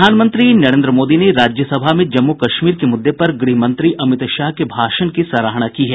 प्रधानमंत्री नरेन्द्र मोदी ने राज्यसभा में जम्मू कश्मीर के मुद्दे पर ग्रहमंत्री अमित शाह के भाषण की सराहना की है